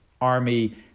army